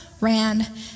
ran